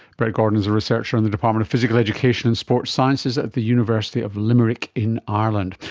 brett gordon is a researcher in the department of physical education and sports sciences at the university of limerick in ireland.